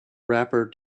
wrapper